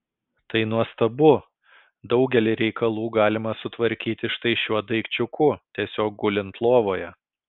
tai nuostabu daugelį reikalų galima sutvarkyti štai šiuo daikčiuku tiesiog gulint lovoje